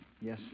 Yes